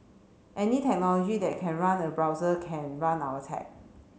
any technology that can run a browser can run our tech